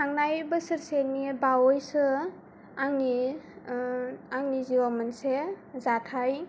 थांनाय बोसोरसेनि बावैसो आंनि आंनि जिउआव मोनसे जाथाय